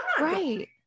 right